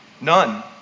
None